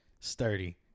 sturdy